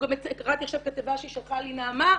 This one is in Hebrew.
קראתי עכשיו כתבה ששלחה לי נעמה,